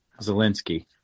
Zelensky